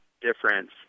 difference